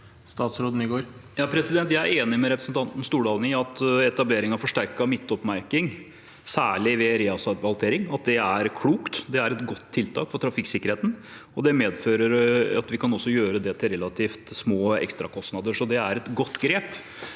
Statsråd Jon-Ivar Nygård Jeg er enig med representanten Stordalen i at etablering av forsterket midtoppmerking, særlig ved reasfaltering, er klokt. Det er et godt tiltak for trafikksikkerheten, og det medfører at vi kan gjøre det til relativt små ekstrakostnader. Det er et godt grep.